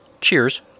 Cheers